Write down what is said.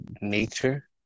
nature